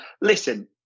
listen